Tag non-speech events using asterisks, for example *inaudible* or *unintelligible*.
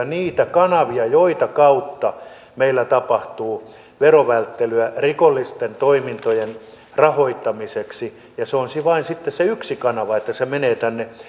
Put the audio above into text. *unintelligible* niitä todellisia kanavia joiden kautta meillä tapahtuu verovälttelyä rikollisten toimintojen rahoittamiseksi ja se on vain sitten se yksi kanava että se menee tänne